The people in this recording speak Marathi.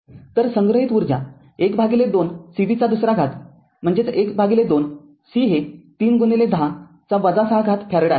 तरसंग्रहित ऊर्जा १२ cv २ म्हणजे १२ c हे ३१० to the power ६ फॅरड आहे